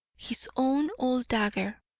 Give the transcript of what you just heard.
his own old dagger,